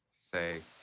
say